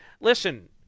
Listen